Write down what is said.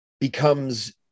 becomes